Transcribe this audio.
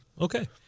Okay